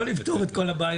לא נפתור את כל הבעיות.